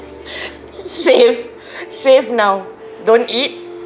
save save now don't eat